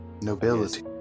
Nobility